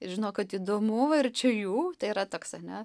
ir žino kad įdomu va ir čia jų tai yra toks ane